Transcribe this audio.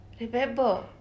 remember